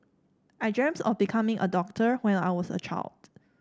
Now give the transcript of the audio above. I dreamt of becoming a doctor when I was a child